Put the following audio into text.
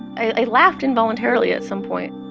i laughed involuntarily at some point.